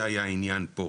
זה היה העניין פה.